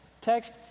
Text